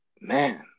man